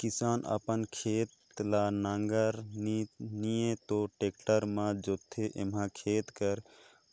किसान अपन खेत ल नांगर नी तो टेक्टर मे जोतथे एम्हा खेत कर